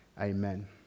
amen